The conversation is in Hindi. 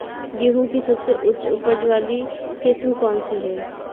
गेहूँ की सबसे उच्च उपज बाली किस्म कौनसी है?